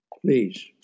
Please